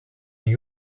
new